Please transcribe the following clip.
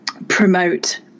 Promote